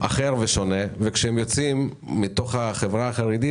ושונה וכשהם יוצאים מתוך החברה החרדית,